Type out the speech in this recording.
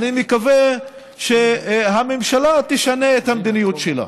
אני מקווה שהממשלה תשנה את המדיניות שלה.